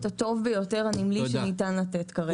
הנמלי הטוב ביותר שניתן לתת כרגע.